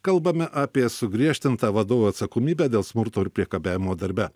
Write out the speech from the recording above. kalbame apie sugriežtintą vadovų atsakomybę dėl smurto ir priekabiavimo darbe